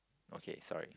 okay sorry